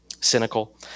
cynical